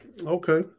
Okay